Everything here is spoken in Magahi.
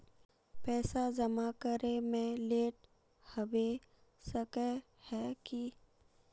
पैसा जमा करे में लेट होबे सके है की?